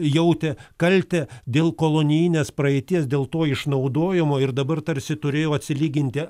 jautė kaltę dėl kolonijinės praeities dėl to išnaudojimo ir dabar tarsi turėjau atsilyginti